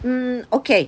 mm okay